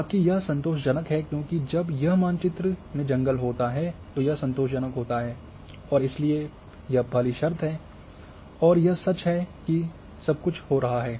बाक़ी यह संतोषजनक है क्योंकि जब यह मानचित्र में जंगल होता है तो यह संतोषजनक होता है और इसलिए यह पहली शर्त है और यह सच है और सब कुछ हो रहा है